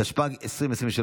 התשפ"ג 2023,